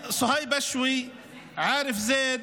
סוהייב אשווי, עארף זיד,